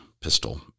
pistol